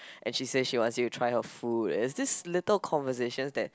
and she says she wants you to try her food it's this little conversation that